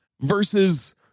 versus